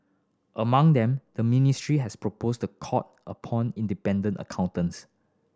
among them the ministry has proposed the court appoint independent accountants